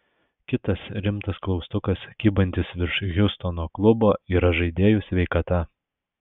kitas rimtas klaustukas kybantis virš hjustono klubo yra žaidėjų sveikata